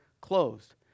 closed